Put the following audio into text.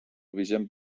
vigent